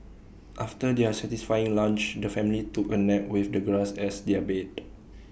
after their satisfying lunch the family took A nap with the grass as their bed